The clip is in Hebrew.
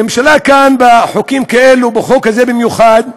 הממשלה, בחוקים כאלה, בחוק הזה במיוחד,